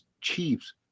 Chiefs